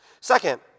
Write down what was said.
Second